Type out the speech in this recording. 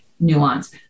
nuance